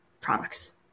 products